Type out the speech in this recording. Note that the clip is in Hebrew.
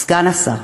סגן השר,